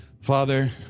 Father